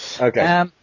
Okay